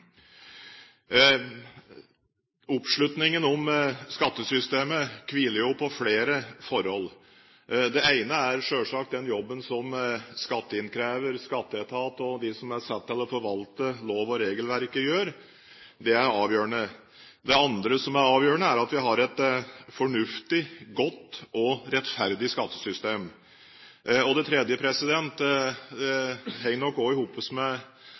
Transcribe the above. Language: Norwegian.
Oppslutningen om skattesystemet hviler på flere forhold. Det ene er selvsagt den jobben som skatteinnkrever, skatteetat og de som er satt til å forvalte lov- og regelverket, gjør. Det er avgjørende. Det andre som er avgjørende, er at vi har et fornuftig, godt og rettferdig skattesystem. Det tredje henger nok i